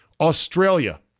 Australia